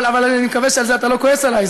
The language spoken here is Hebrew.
אבל אני מקווה שעל זה אתה לא כועס עליי.